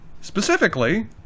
specifically